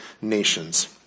nations